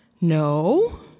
no